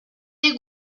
des